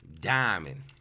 Diamond